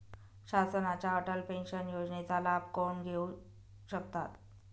शासनाच्या अटल पेन्शन योजनेचा लाभ कोण घेऊ शकतात?